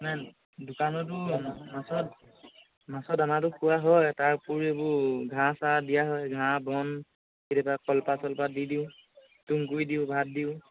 নাই দোকানতো মাছত মাছৰ দানাটো পোৱা হয় তাৰ উপৰি এইবোৰ ঘাঁহ চাহ দিয়া হয় ঘাঁহ বন কেতিয়াবা কলপাত চলপাত দি দিওঁতুঁহ গুৰি দিওঁ ভাত দিওঁ